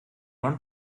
one